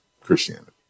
christianity